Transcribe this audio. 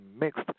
mixed